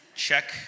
check